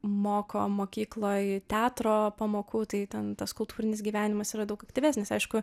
moko mokykloj teatro pamokų tai ten tas kultūrinis gyvenimas yra daug aktyvesnis aišku